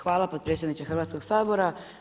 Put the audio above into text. Hvala potpredsjedniče Hrvatskog sabora.